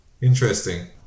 Interesting